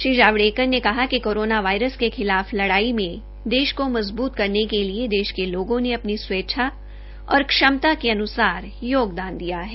श्री जावड़ेकर ने कहा कि कोरोना वायरस के खिलाफ लड़ाई में देश को मजबूत करने के लिए देश के लोगों ने अपनी स्वेच्छा और श्रमता के अनुसार योगदान दिया है